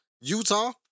Utah